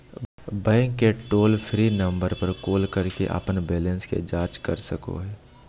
bank के toll free number पर call करके अपन बैलेंस के जांच कर सको हइ